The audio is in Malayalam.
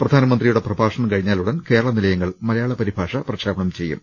പ്രധാനമന്ത്രിയുടെ പ്രഭാഷണം കഴിഞ്ഞാലുടൻ കേരള നിലയങ്ങൾ മലയാളപരിഭാഷ പ്രക്ഷേപണം ചെയ്യും